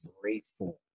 grateful